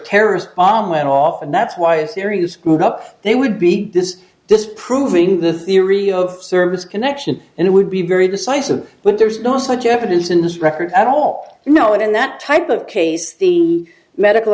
terrorist bomb went off and that's why a serious move up they would be this is this proving the theory of service connection and it would be very decisive but there's no such evidence in his record at all you know and in that type of case the medical